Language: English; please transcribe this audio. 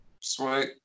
Sweet